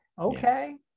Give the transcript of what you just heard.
okay